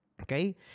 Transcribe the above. okay